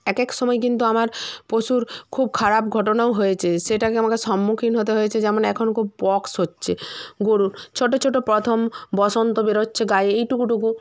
একেক সময় কিন্তু আমার পশুর খুব খারাপ ঘটনাও হয়েছে সেটাকে আমাকে সম্মুখীন হতে হয়েছে যেমন এখন খুব পক্স হচ্চে গোরুর ছোটো ছোটো প্রথম বসন্ত বেরোচ্ছে গায়ে এইটুকু টুকু